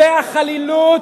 זאת עובדה.